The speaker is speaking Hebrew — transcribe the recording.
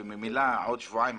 וממילא עוד שבועיים,